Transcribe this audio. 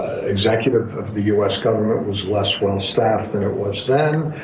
executive of the u. s. government was less well staffed than it was then.